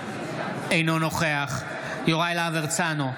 אינו נוכח יוראי להב הרצנו,